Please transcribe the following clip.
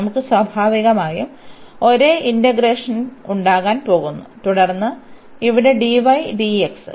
നമുക്ക് സ്വാഭാവികമായും ഒരേ ഇന്റെഗ്രന്റ്ണ്ടാകാൻ പോകുന്നു തുടർന്ന് ഇവിടെ dy dx